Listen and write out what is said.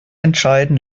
entscheiden